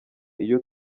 iyo